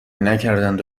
نکردند